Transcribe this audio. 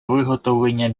виготовлення